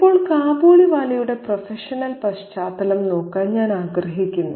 ഇപ്പോൾ കാബൂളിവാലയുടെ പ്രൊഫഷണൽ പശ്ചാത്തലം നോക്കാൻ ഞാൻ ആഗ്രഹിക്കുന്നു